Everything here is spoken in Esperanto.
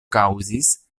kaŭzis